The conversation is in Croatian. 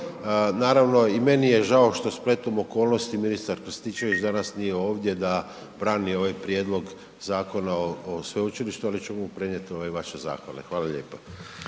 Naravno, i meni je žao što spletom okolnosti ministar Krstičević danas nije ovdje da brani ovaj prijedlog zakona o Sveučilištu ali ću mu prenijeti ove vaše zahvale, hvala lijepo.